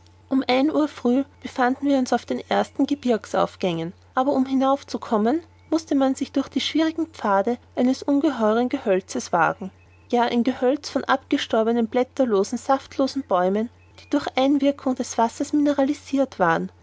um ein uhr früh befanden wir uns an den ersten gebirgsaufgängen aber um hinauf zu kommen mußte man sich durch die schwierigen pfade eines ungeheuern gehölzes wagen ja ein gehölz von abgestorbenen blätterlosen saftlosen bäumen die durch einwirkung des wassers mineralisirt waren